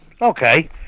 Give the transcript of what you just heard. Okay